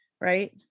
right